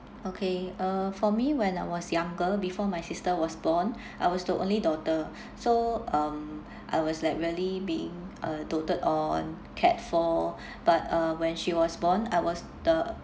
okay uh for me when I was younger before my sister was born I was the only daughter so um I was like really being uh doted on cared for but uh when she was born I was the